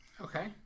Okay